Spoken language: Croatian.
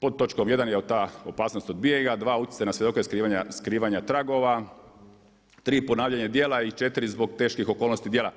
pod točkom 1. je ta opasnost od bijega, 2. utjecaj na svjedoke i skrivanje tragova, 3. ponavljanje dijela i 4. zbog teških okolnosti dijela.